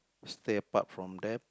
stay apart from that